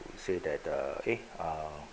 say that the uh eh err